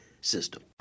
system